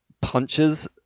punches